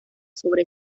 sobre